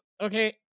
okay